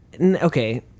Okay